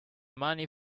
money